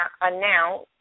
announce